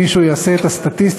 אם מישהו יעשה את הסטטיסטיקה,